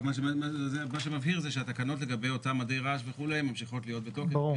רק מה שמבהיר זה שהתקנות לגבי אותם מדי רעש וכו' ממשיכות להיות בתוקף.